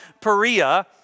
Perea